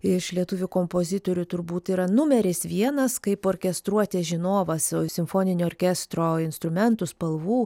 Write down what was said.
iš lietuvių kompozitorių turbūt yra numeris vienas kaip orkestruotės žinovas simfoninio orkestro instrumentų spalvų